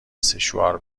سشوار